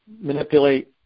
manipulate